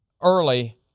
early